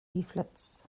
leaflets